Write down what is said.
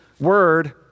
word